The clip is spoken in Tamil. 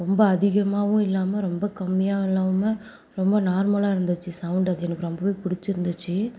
ரொம்ப அதிகமாகவும் இல்லாமல் ரொம்ப கம்மியாகவும் இல்லாமல் ரொம்ப நார்மலாக இருந்துச்சு சௌண்ட் அது எனக்கு ரொம்பவே பிடிச்சிருந்துச்சி